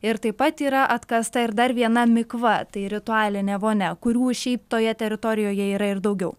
ir taip pat yra atkasta ir dar viena mikva tai ritualinė vonia kurių šiaip toje teritorijoje yra ir daugiau